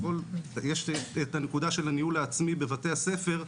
יש את הניהול העצמי בבתי הספר,